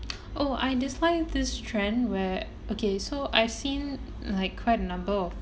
oh I dislike this trend where okay so I've seen like quite a number of